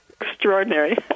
extraordinary